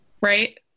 Right